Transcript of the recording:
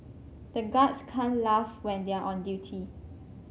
the guards can't laugh when they are on duty